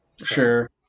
Sure